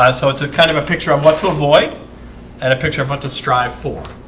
um so it's a kind of a picture of what to avoid and a picture of what to strive for